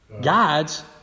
God's